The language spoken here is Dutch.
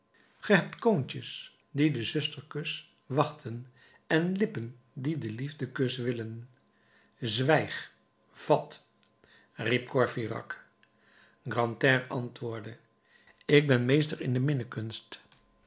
ge hebt koontjes die den zusterkus wachten en lippen die den liefdekus willen zwijg vat riep courfeyrac grantaire antwoordde ik ben meester in de